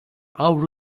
avro